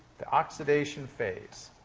the oxidation phase.